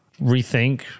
rethink